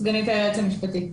סגנית היועץ המשפטי.